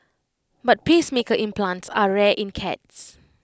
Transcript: but pacemaker implants are rare in cats